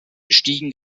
stiegen